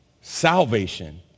salvation